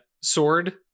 sword